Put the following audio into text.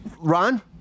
Ron